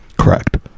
correct